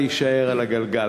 להישאר על הגלגל.